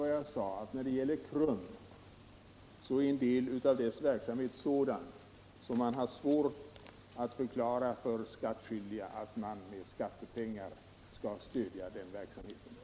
Men jag vill upprepa att en del av KRUM:s verksamhet är sådan att det är svårt att inför skattskyldiga försvara att verksamheten stöds med skattepengar.